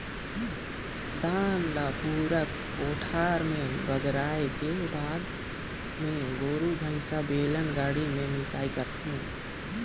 धान ल पूरा कोठार भेर बगराए के बाद मे गोरु भईसा, बेलन गाड़ी में मिंसई करथे